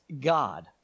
God